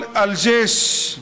וגם לכל אל-ג'ש,